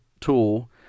tool